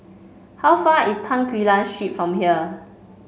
how far is Tan Quee Lan Street from here